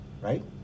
right